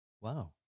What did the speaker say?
Wow